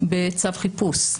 בצו חיפוש.